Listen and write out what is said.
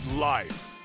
life